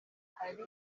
hari